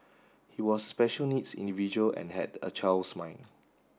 he was special needs individual and had a child's mind